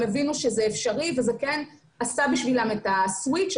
הם הבינו שזה אפשרי וזה כן עשה בשבילם את הסוויץ',